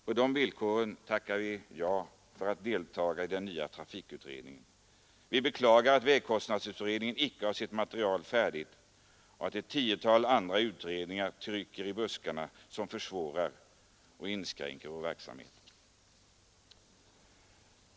På de villkoren vill vi delta i den nya trafikutredningen. Vi beklagar att vägkostnadsutredningen inte har sitt material färdigt och att ett tiotal andra utredningar trycker i buskarna, vilket försvårar och inskränker vår verksamhet.